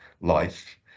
life